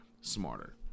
smarter